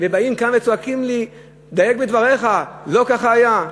ובאים כאן וצועקים לי: דייק בדבריך, לא ככה היה.